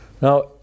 Now